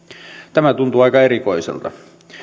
tämä tuntuu aika erikoiselta